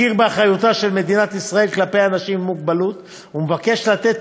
מכיר באחריותה של מדינת ישראל כלפי האנשים עם מוגבלות ומבקש לתת